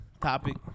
topic